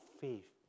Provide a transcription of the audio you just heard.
faith